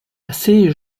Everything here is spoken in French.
assez